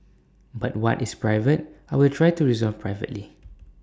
but what is private I will try to resolve privately